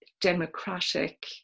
democratic